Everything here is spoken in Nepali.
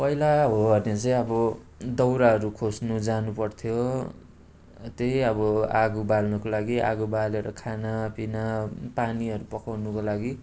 पहिला हो हटे चाहिँ अब दाउराहरू खोज्नु जानुपर्थ्यो त्यही अब आगो बाल्नुको लागि आगो बालेर खानापिना पानीहरू पकाउनुको लागि